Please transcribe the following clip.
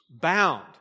bound